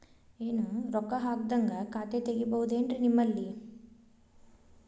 ಏನು ರೊಕ್ಕ ಹಾಕದ್ಹಂಗ ಖಾತೆ ತೆಗೇಬಹುದೇನ್ರಿ ನಿಮ್ಮಲ್ಲಿ?